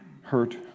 hurt